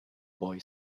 boy